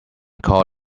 called